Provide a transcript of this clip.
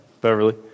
Beverly